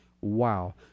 Wow